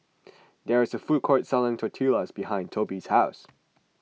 there is a food court selling Tortillas behind Toby's house